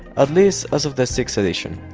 at least as of the sixth edition,